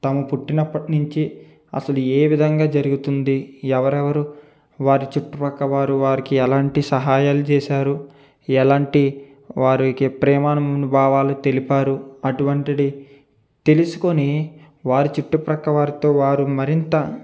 తాము పుట్టినప్పటినుంచి అసలు ఏవిధంగా జరుగుతుంది ఎవరెవరు వారి చుట్టుపక్క వారు వారికి ఎలాంటి సహాయలు చేశారు ఎలాంటి వారికి ప్రేమనుభావాలు తెలిపారు అటువంటిది తెలుసుకొని వారు చుట్టుపక్కవారితో వారు మరింత